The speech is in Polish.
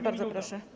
Bardzo proszę.